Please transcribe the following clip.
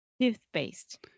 Toothpaste